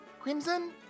Crimson